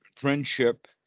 friendship